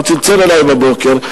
הוא צלצל אלי בבוקר,